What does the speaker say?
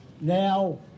Now